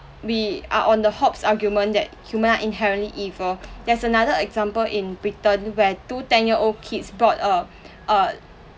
we are on the hobbes's argument that human are inherently evil there's another example in britain where two ten year old kids plot a uh